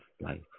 life